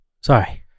Sorry